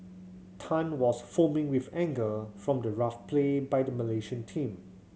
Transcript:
Tan was foaming with anger from the rough play by the Malaysian team